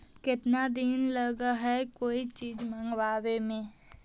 केतना दिन लगहइ कोई चीज मँगवावे में?